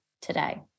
today